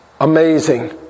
Amazing